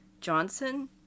Johnson